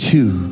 Two